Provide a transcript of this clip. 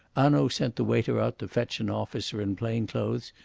hanaud sent the waiter out to fetch an officer in plain clothes,